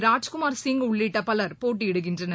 ராஜ்குமார் சிங் உள்ளிட்ட பலர் போட்டியிடுகின்றனர்